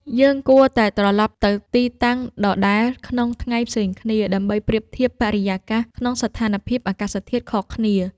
យើងគួរតែត្រលប់ទៅទីតាំងដដែលក្នុងថ្ងៃផ្សេងគ្នា ដើម្បីប្រៀបធៀបបរិយាកាសក្នុងស្ថានភាពអាកាសធាតុខុសគ្នា។